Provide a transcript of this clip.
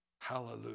Hallelujah